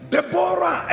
Deborah